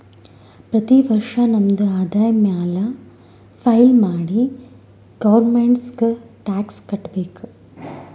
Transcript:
ಪ್ರತಿ ವರ್ಷ ನಮ್ದು ಆದಾಯ ಮ್ಯಾಲ ಫೈಲ್ ಮಾಡಿ ಗೌರ್ಮೆಂಟ್ಗ್ ಟ್ಯಾಕ್ಸ್ ಕಟ್ಬೇಕ್